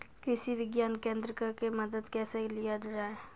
कृषि विज्ञान केन्द्रऽक से मदद कैसे लिया जाय?